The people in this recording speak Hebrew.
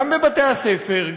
גם בבתי-הספר,